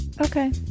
Okay